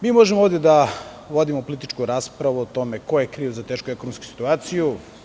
Možemo ovde da vodimo političku raspravu o tome ko je kriv za tešku ekonomsku situaciju.